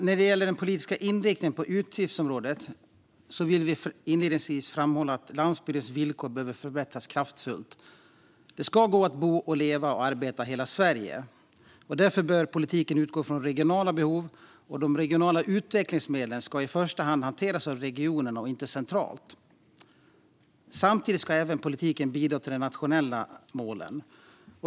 När det gäller den politiska inriktningen för utgiftsområdet vill vi inledningsvis framhålla att landsbygdens villkor behöver förbättras kraftfullt. Det ska gå att bo, leva och arbeta i hela Sverige. Därför bör politiken utgå från regionala behov, och de regionala utvecklingsmedlen ska i första hand hanteras av regionerna och inte centralt. Samtidigt ska politiken även bidra till nationella mål.